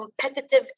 competitive